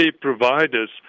providers